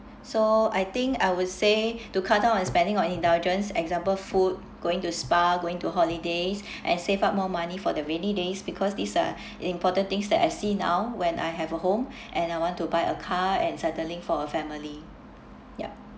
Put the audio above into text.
so I think I would say to cut down on spending on indulgence example food going to spa going to holiday and save up more money for the rainy days because these are the important things that I see now when I have a home and I want to buy a car and settling for a family yup